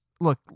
look